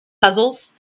puzzles